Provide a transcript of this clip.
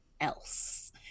else